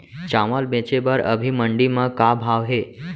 चांवल बेचे बर अभी मंडी म का भाव हे?